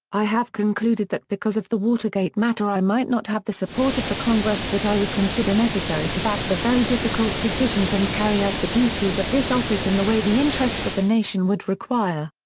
i have concluded that because of the watergate matter i might not have the support of the congress that i would consider necessary to back the very difficult decisions and carry out the duties of this office in the way the interests of the nation would require.